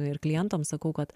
ir klientam sakau kad